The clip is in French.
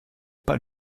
pas